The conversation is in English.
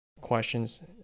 questions